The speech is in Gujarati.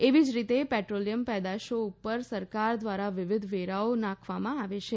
એવી જ રીતે પેટ્રોલીયમ પેદાશો ઉપર સરકાર દ્વારા વિવિધ વેરાઓ નાંખવામાં આવે છે